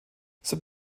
sein